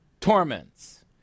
torments